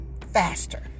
faster